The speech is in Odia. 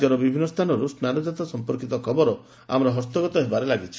ରାଜ୍ୟର ବିଭିନ୍ନ ସ୍ଚାନରୁ ସ୍ନାନ ଯାତ୍ରା ସମ୍ମର୍କୀତ ଖବର ଆମର ହସ୍ତଗତ ହେବାରେ ଲାଗିଛି